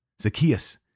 Zacchaeus